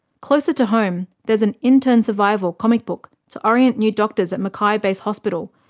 closer to home, there's an intern survival comic book to orient new doctors at mackay base hospital,